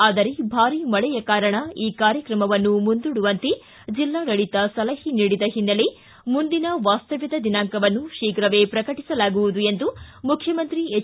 ಆದರೆ ಭಾರೀ ಮಳೆಯ ಕಾರಣ ಈ ಕಾರ್ಯತ್ರಮವನ್ನು ಮುಂದೂಡುವಂತೆ ಜಿಲ್ಲಾಡಳಿತ ಸಲಹೆ ನೀಡಿದ ಓನ್ನೆಲೆ ಮುಂದಿನ ವಾಸ್ತವ್ಯದ ದಿನಾಂಕವನ್ನು ಶೀಘವೇ ಪ್ರಕಟಿಸಲಾಗುವುದು ಎಂದು ಮುಖ್ಯಮಂತ್ರಿ ಎಚ್